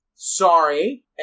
Sorry